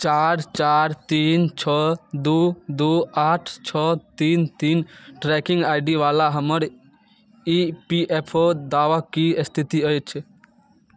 चारि चारि तीन छओ दू दू आठ छओ तीन तीन ट्रैकिंग आइ डी वला हमर ई पी एफ ओ दावा की स्थिति अछि